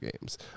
games